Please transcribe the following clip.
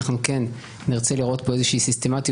אנחנו כן נרצה לראות פה איזושהי סיסטמתיות